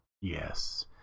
Yes